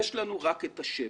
יש לנו רק את השמש.